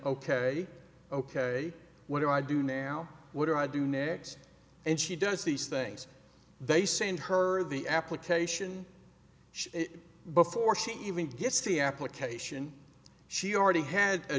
ok ok what do i do now what do i do next and she does these things they send her the application she before she even gets the application she already had a